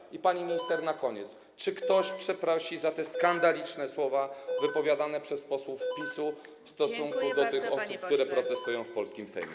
Na koniec, pani minister, zapytam, czy ktoś przeprosi za te skandaliczne słowa wypowiadane przez posłów PiS-u w stosunku do tych osób, które protestują w polskim Sejmie.